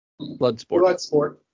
Bloodsport